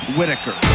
Whitaker